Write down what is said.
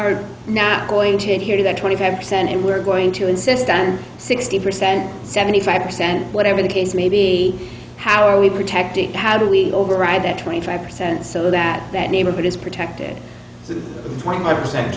are now going to adhere to that twenty five percent and we're going to insist on sixty percent seventy five percent whatever the case may be how are we protecting how do we override that twenty five percent so that that neighborhood is protected twenty five percent